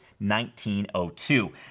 1902